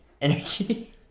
energy